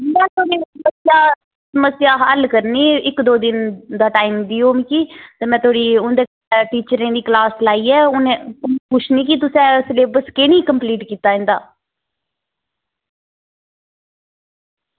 समस्या हल्ल करनी इक्क दौ दिन दा टैम देओ मिगी ते में उंदी टीचरें दी क्लॉस लाइयै हून पुच्छनी की तूं सलेब्स की निं कम्पलीट कीता इंदा